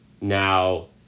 Now